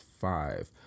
five